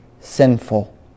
sinful